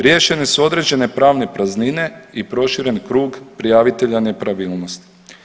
Riješene su određene pravne praznine i proširen krug prijavitelja nepravilnosti.